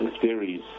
theories